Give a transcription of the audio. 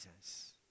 Jesus